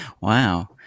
Wow